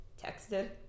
texted